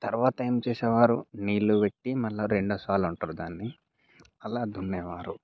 తరవాత ఏమి చేసేవారు నీళ్లు పెట్టి మళ్ళా రెండ సాళ్ళు అంటారు దాన్ని అలా దున్నేవారు